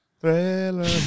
Thriller